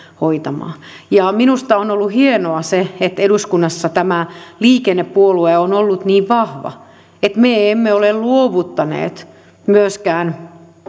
hoitamaan minusta on ollut hienoa se että eduskunnassa tämä liikennepuolue on ollut niin vahva että me emme emme ole luovuttaneet myöskään